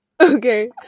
Okay